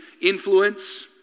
influence